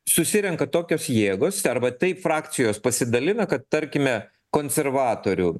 susirenka tokios jėgos arba taip frakcijos pasidalina kad tarkime konservatorių